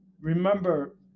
Remember